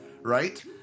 right